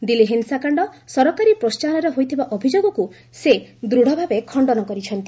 ଦିଲ୍ଲୀ ହିଂସାକାଣ୍ଡ ସରକାରୀ ପ୍ରୋହାହନରେ ହୋଇଥିବା ଅଭିଯୋଗକୁ ସେ ଦୃଢ଼ଭାବେ ଖଣ୍ଡନ କରିଛନ୍ତି